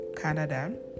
Canada